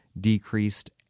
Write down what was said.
decreased